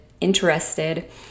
interested